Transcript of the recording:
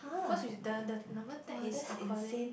cos she's the the number tag is according